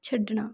ਛੱਡਣਾ